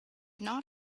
not